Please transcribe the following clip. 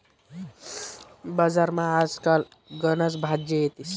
बजारमा आज काल गनच भाज्या येतीस